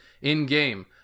in-game